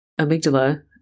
amygdala